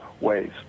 ways